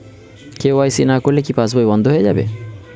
KYC না করলে কি পাশবই বন্ধ হয়ে যাবে?